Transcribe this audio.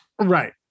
Right